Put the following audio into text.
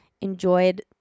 enjoyed